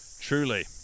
Truly